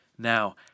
Now